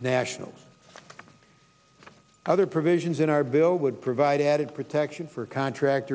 nationals other provisions in our bill would provide added protection for contractor